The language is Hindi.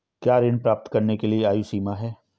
क्या ऋण प्राप्त करने के लिए कोई आयु सीमा है?